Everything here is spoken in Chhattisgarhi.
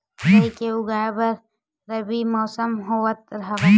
राई के उगाए बर रबी मौसम होवत हवय?